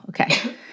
okay